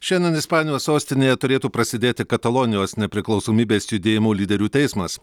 šiandien ispanijos sostinėje turėtų prasidėti katalonijos nepriklausomybės judėjimų lyderių teismas